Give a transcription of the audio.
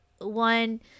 one